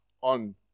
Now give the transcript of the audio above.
on